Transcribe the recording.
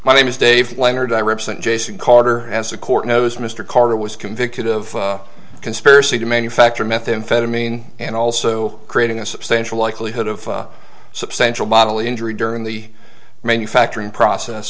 my name is dave leonard i represent jason carter as the court knows mr carter was convicted of conspiracy to manufacture methamphetamine and also creating a substantial likelihood of substantial bodily injury during the manufacturing process